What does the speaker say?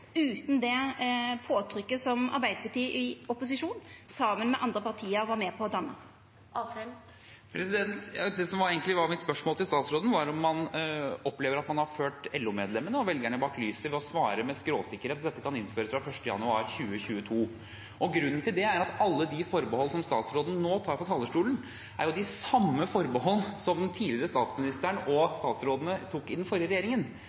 det påtrykket som Arbeidarpartiet i opposisjon var med på å danna saman med andre parti. Det som egentlig var mitt spørsmål til statsråden, var om man opplever at man har ført LO-medlemmene og velgerne bak lyset ved å svare med skråsikkerhet at dette kan innføres fra 1. januar 2022. Grunnen til det er at alle de forbehold som statsråden nå tar fra talerstolen, er de samme forbehold som den tidligere statsministeren og statsrådene i den forrige regjeringen